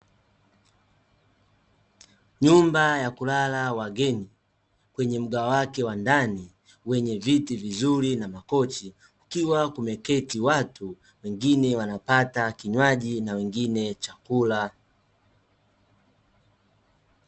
Nyumba ya kulala wageni, kwenye mgahawa wake wa ndani wenye viti vizuri na makochi, kukiwa kumeketi watu wengine wanapata kinywaji na wengine chakula.